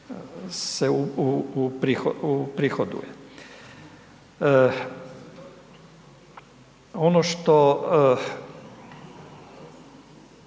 se uprihoduje. Ono što,